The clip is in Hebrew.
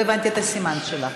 לא הבנתי את הסימן שלך.